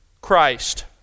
Christ